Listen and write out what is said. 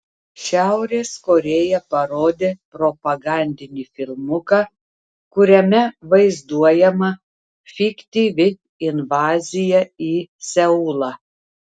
šiaurės korėja parodė propagandinį filmuką kuriame vaizduojama fiktyvi invazija į seulą